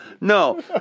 No